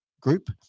group